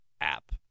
app